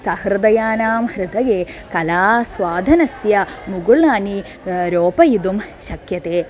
सहृदयानां हृदये कलास्वाधनस्य मुकुलानि रोपयितुं शक्यते